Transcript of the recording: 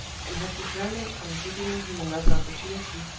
and had determined on giving him another opportunity,